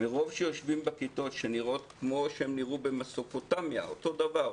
מרוב שיושבים בכיתות שנראות כמו שהם נראו ב- -- אותו דבר,